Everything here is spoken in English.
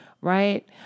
right